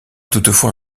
toutefois